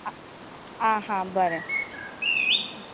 आं आं हां बरें